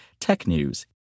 TECHNEWS